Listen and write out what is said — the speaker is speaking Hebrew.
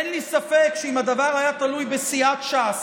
אין לי ספק שאם הדבר היה תלוי בסיעת ש"ס,